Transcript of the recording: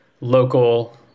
local